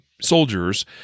soldiers